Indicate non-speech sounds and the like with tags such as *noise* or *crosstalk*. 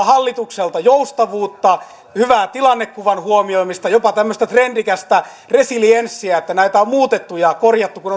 *unintelligible* hallitukselta joustavuutta hyvää tilannekuvan huomioimista jopa tämmöistä trendikästä resilienssiä että näitä on muutettu ja korjattu kun *unintelligible*